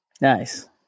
Nice